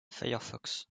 firefox